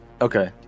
Okay